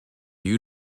you